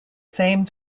same